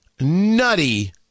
nutty